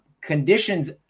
conditions